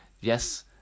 yes